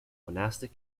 monastic